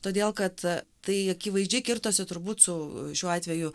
todėl kad tai akivaizdžiai kirtosi turbūt su šiuo atveju